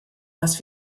was